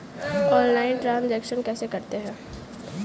Online transaction कैसे करते हैं?